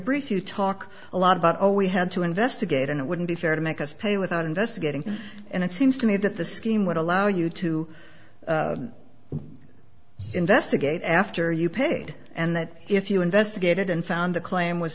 brief you talk a lot about all we have to investigate and it wouldn't be fair to make us pay without investigating and it seems to me that the scheme would allow you to investigate after you paid and that if you investigated and found the claim was